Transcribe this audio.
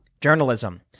journalism